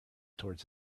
toward